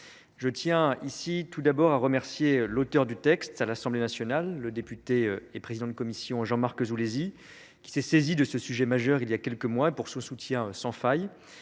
je tiens ici tout d'abord à remercier l'auteur du texte à l'assemblée nationale le député et présidente de commission, Jean Marc Zoulou de ce sujet majeur il y a quelques mois pour son soutien sans faille